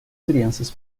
crianças